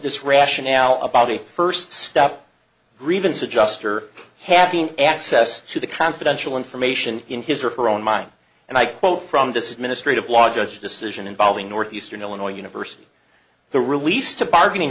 his rationale about a first step grievance adjuster having access to the confidential information in his or her own mind and i quote from this ministry of law judge decision involving northeastern illinois university the release to bargaining